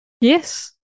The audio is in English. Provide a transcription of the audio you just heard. Yes